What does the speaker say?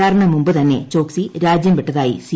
ആറിന് മുമ്പ് തന്നെ ചോക്സി ക്ട്ജുക്ക് വിട്ടതായി സി